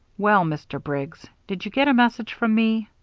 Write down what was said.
well, mr. briggs, did you get a message from me?